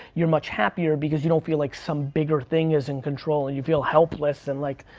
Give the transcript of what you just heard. you're much happier because you don't feel like some bigger thing is in control and you feel helpless. and like,